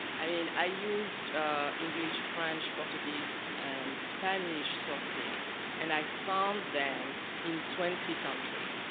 i mean, i used english, french, portuguese and spanish sources and i found them in twenty countries.